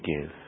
give